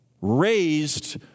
raised